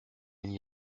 n’y